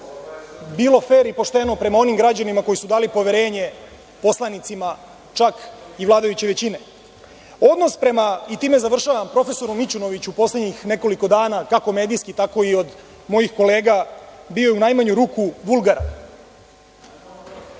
bilo fer i pošteno prema onim građanima koji su dali poverenje poslanicima, čak i vladajuće većine. Ovim završavam. Odnos prema profesoru Mićunoviću u poslednjih nekoliko dana, kako medijski, tako i od mojih kolega, bio je u najmanju ruku vulgaran.